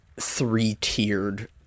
three-tiered